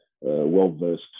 well-versed